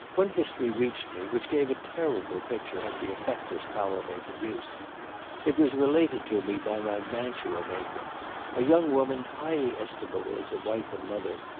one history reached me, which gave a terrible picture of the effect this power may produce it was related to me by my mantua-maker a young woman highly estimable as a wife and mother,